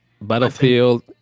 Battlefield